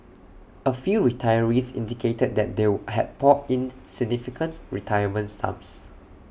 A few retirees indicated that they would had poured in significant retirement sums